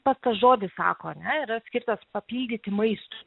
pats tas žodis sako ane yra skirtas papildyti maistui